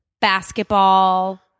basketball